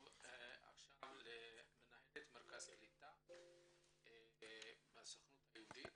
עובר למנהלת מרכז קליטה בסוכנות היהודית.